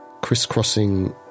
crisscrossing